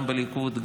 גם בליכוד,